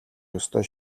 ёстой